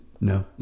no